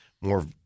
more